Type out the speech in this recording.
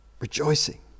rejoicing